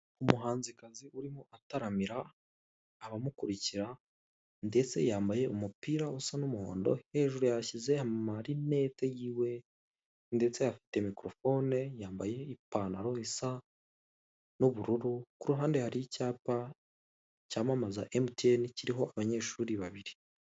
Umuhanzikazi urim' ataramir' abamukukira ,ndetse yambaye umupir'usa n'umuhondo, hejuru yahashyize amarinete yiwe ndetse afite mikorofone, yambaye ipantaro isa n'ubururu. Kuruhande har' icyapa cyamamaza emutiyene, kiriho abanyeshuri babiri.